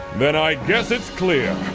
then i guess it's clear.